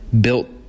built